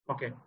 Okay